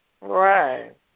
Right